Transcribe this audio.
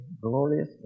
glorious